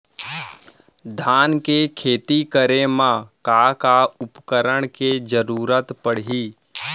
धान के खेती करे मा का का उपकरण के जरूरत पड़हि?